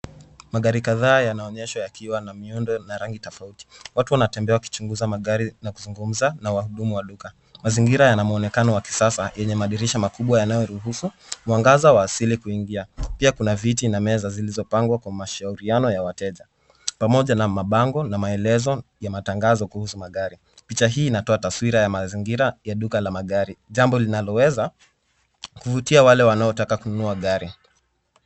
Magari kadhaa yanaonyeshwa yakiwa na miundo na rangi tofauti. Watu wanatembea wakichunguza magari na kuzungumza na wahudumu wa duka. Mazingira yana mwonekano wa kisasa yenye madirisha makubwa yanayoruhusu, mwangaza wa asili kuingia. Pia kuna viti na meza zilizopangwa kwa mashauriano ya wateja, pamoja na mabango na maelezo ya matangazo kuhusu magari. Picha hii inatoa taswira ya mazingira ya duka la magari, jambo linaloweza kuvutia wale wanaotaka kununua gari.